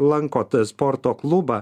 lankot sporto klubą